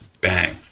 bang.